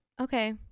okay